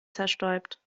zerstäubt